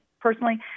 personally